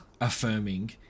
affirming